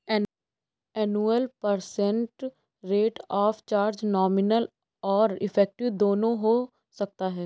annual percent rate of charge nominal और effective दोनों हो सकता है